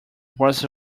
was